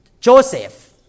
Joseph